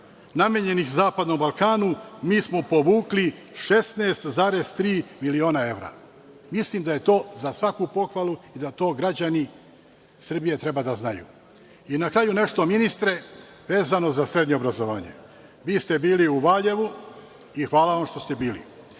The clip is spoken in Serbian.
namenjenih zapadnom Balkanu, mi smo povukli 16,3 miliona evra. Mislim da je to za svaku pohvalu i da to građani Srbije treba da znaju. Na kraju, nešto, ministre, vezano za srednje obrazovanje, vi ste bili u Valjevu i hvala vam što ste bili.